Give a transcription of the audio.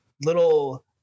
little